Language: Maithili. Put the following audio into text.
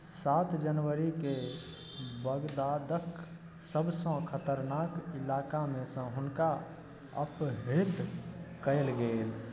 सात जनवरीके बगदादके सबसँ खतरनाक इलाकामेसँ हुनका अपहृत कएल गेल